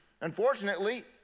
Unfortunately